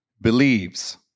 believes